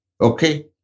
Okay